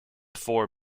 four